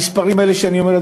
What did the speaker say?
המספרים האלה שאני אומר,